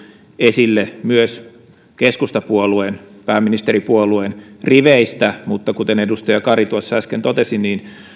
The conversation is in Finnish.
esille myös keskustapuolueen pääministeripuolueen riveistä mutta kuten edustaja kari äsken totesi